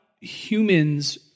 humans